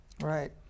Right